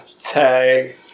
tag